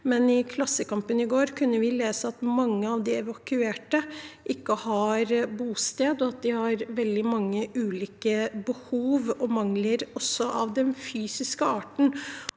I Klassekampen i går kunne vi imidlertid lese at mange av de evakuerte ikke har et bosted, og at de har veldig mange ulike behov og mangler også av fysisk art.